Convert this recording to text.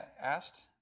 asked